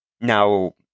Now